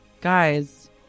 guys